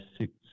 six